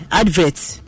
adverts